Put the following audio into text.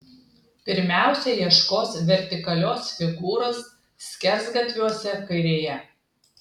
pirmiausia ieškos vertikalios figūros skersgatviuose kairėje